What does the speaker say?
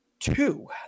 two